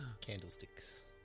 Candlesticks